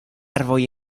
arboj